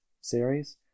series